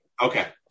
Okay